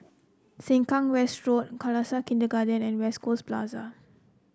Sengkang West Road Khalsa Kindergarten and West Coast Plaza